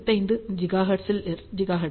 95 ஜிகாஹெர்ட்ஸில் 8